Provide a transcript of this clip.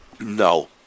No